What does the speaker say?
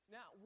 Now